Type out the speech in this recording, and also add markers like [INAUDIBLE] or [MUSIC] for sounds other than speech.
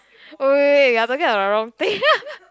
oh wait wait wait you are talking about the wrong thing [LAUGHS]